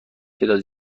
تعدادی